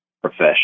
profession